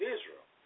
Israel